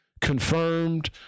confirmed